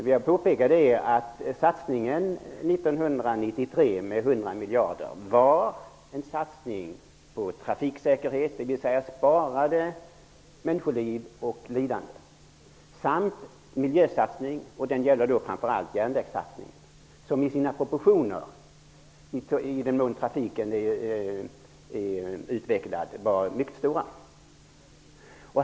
Satsningen 1993 med 100 miljarder var en satsning på trafiksäkerheten, dvs. sparade människoliv och sparat lidande. Det var också en miljösatsning, framför allt satsningen på järnvägar som i sina proportioner, i den mån trafiken är utvecklad, var mycket stor.